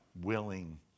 willing